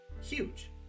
Huge